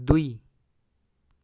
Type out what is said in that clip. दुई